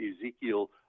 Ezekiel